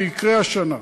זה יקרה השנה,